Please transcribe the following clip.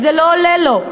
זה לא עולה לו,